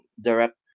direct